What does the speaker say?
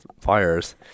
fires